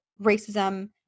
racism